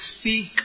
speak